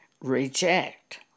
reject